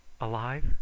Alive